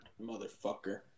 motherfucker